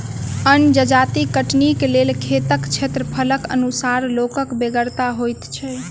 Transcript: अन्न जजाति कटनीक लेल खेतक क्षेत्रफलक अनुसार लोकक बेगरता होइत छै